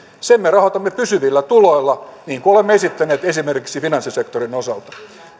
sen me rahoitamme pysyvillä tuloilla niin kuin olemme esittäneet esimerkiksi finanssisektorin osalta